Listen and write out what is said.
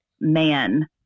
man